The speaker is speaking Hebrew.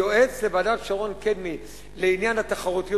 הייעוץ לוועדת שרון-קדמי לעניין התחרותיות